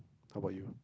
how about you